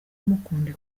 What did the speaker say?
mukunde